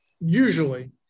usually